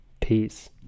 peace